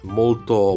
molto